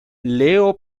leo